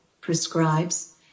prescribes